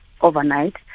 overnight